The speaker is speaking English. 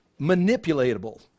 manipulatable